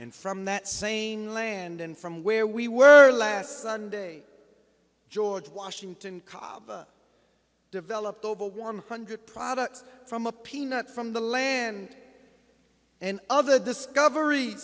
and from that same land and from where we were last sunday george washington developed over one hundred products from a peanut from the land and other discovery